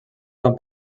van